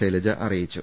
ശൈലജ അറിയിച്ചു